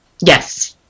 Yes